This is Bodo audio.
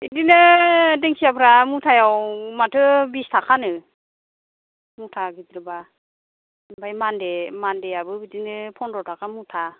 बिदिनो दिंखियाफ्रा मुथायाव माथो बिस थाखानो मुथा गिदिरबा ओमफाय मान्दे मान्देयाबो बिदिनो पन्द्र थाखा मुथा